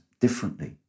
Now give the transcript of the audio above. differently